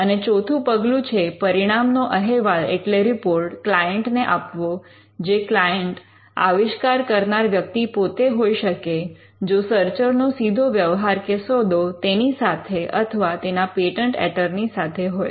અને ચોથું પગલું છે પરિણામનો અહેવાલ એટલે રિપોર્ટ ક્લાયન્ટને આપવો જે ક્લાયન્ટ આવિષ્કાર કરનાર વ્યક્તિ પોતે હોઈ શકે જો સર્ચર નો સીધો વ્યવહાર કે સોદો તેની સાથે અથવા તેના પેટન્ટ એટર્ની સાથે હોય